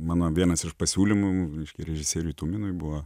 mano vienas iš pasiūlymų reiškia režisieriui tuminui buvo